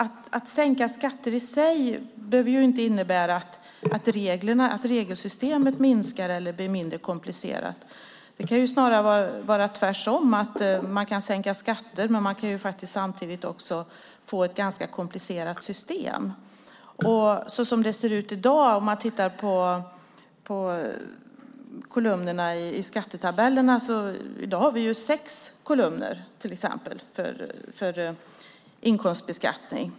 Att sänka skatter i sig behöver inte innebära att regelsystemet minskar eller blir mindre komplicerat. Det kan snarare vara tvärtom. Man kan sänka skatter och samtidigt få ett ganska komplicerat system. Man kan titta på kolumnerna i skattetabellerna. I dag har vi till exempel sex kolumner för inkomstbeskattning.